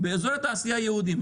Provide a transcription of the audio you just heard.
באזורי תעשייה יהודים.